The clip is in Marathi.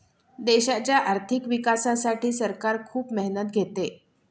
देशाच्या आर्थिक विकासासाठी सरकार खूप मेहनत घेते